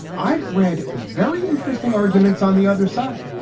i've read very interesting arguments on the other side.